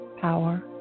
power